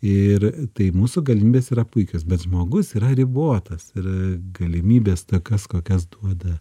ir tai mūsų galimybės yra puikios bet žmogus yra ribotas ir galimybės tokias kokias duoda